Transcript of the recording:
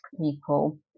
people